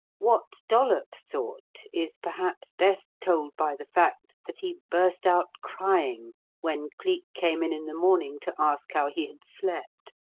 what dollops thought is, perhaps, best told by the fact that he burst out crying when cleek came in in the morning to ask how he had slept.